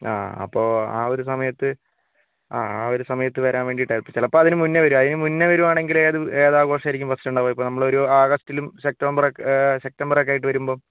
ആ അപ്പോൾ ആ ഒരു സമയത്ത് ആ ഒരു സമയത്ത് വരാൻ വേണ്ടിയിട്ട് ചിലപ്പോൾ അതിന് മുന്നേ വരും അതിന് മുന്നേ വരികയാണെങ്കിൽ ഏത് ഏത് ആഘോഷം ആയിരിക്കും ഫസ്റ്റ് ഉണ്ടാവുക ഇപ്പോൾ നമ്മൾ ഒരു ഓഗസ്റ്റിലും സെപ്റ്റംബർ സെപ്റ്റംബറൊക്കെ ആയിട്ട് വരുമ്പം